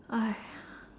!aiya!